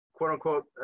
quote-unquote